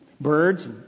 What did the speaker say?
birds